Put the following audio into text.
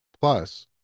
Plus